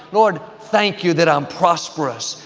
lord, thank you that i'm prosperous.